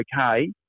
okay